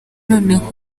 noneho